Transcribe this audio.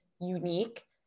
unique